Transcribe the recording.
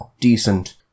decent